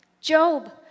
Job